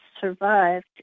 survived